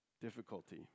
difficulty